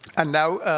and now,